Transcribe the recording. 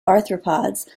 arthropods